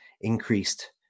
increased